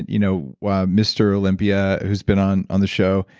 you know mr. olympia who's been on on this show.